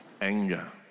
anger